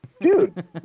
dude